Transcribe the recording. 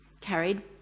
carried